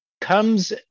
comes